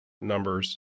numbers